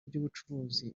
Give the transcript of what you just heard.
by’ubucuruzi